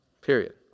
Period